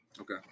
Okay